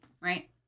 right